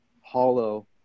hollow